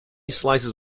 slices